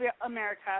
America